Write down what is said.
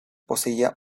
poseía